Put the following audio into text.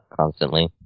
constantly